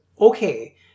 Okay